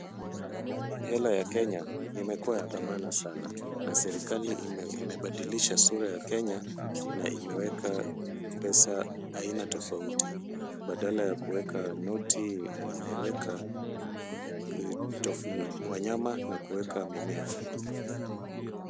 Hela ya Kenya imekuwa ya dhamana sana na serikali imebadilisha sura ya Kenya na imeweka pesa aina tofauti. Badala ya kuweka noti, imeweka wanyama na kuweka mimea.